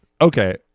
okay